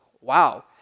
wow